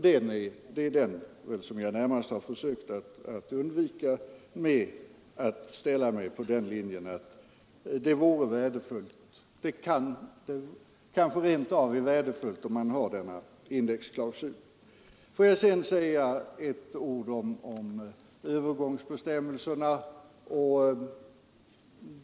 Det är väl detta som jag närmast har försökt undvika genom att ställa mig på den linjen, att det kanske rent av är värdefullt om man har denna indexklausul. Får jag sedan säga några ord om övergångsbestämmelserna.